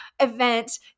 event